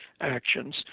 actions